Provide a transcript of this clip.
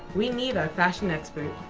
we need our fashion expert.